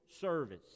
service